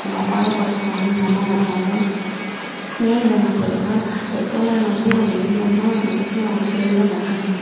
எங்கள் அம்மா தான் பார்க்கறாங்க எங்கள் அம்மாவும் அப்பாவும் ஏன் இதை நான் சொல்லுறேன்னா பெத்தவங்களை நம்பி நம்ம இருந்தோம்னா என்னைக்குமே அவங்க கைவிட மாட்டாங்க